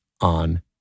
on